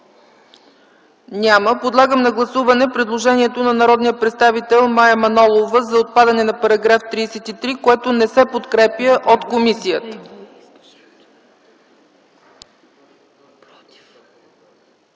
няма. Подлагам на гласуване предложението на народния представител Мая Манолова за отпадане на § 33, което не се подкрепя от комисията.